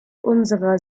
unserer